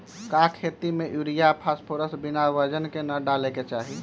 का खेती में यूरिया फास्फोरस बिना वजन के न डाले के चाहि?